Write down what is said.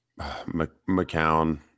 McCown